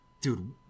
Dude